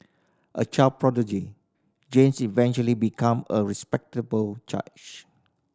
a child prodigy James eventually became a respectable judge